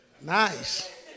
Nice